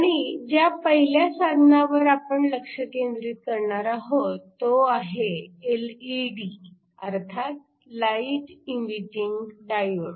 आणि ज्या पहिल्या साधनावर आपण लक्ष केंद्रित करणार आहोत तो आहे एलईडी अर्थात लाईट इमिटिंग डायोड